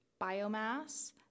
biomass